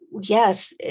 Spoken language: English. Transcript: yes